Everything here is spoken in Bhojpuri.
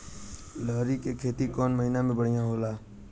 लहरी के खेती कौन महीना में बढ़िया होला?